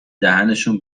دهنشون